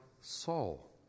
soul